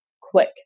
quick